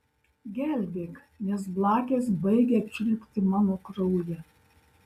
gelbėk nes blakės baigia čiulpti mano kraują